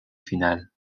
finale